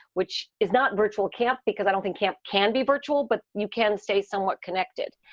which is not virtual camp, because i don't think camp can be virtual, but you can stay somewhat connected.